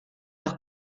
los